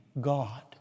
God